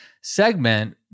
segment